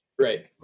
Right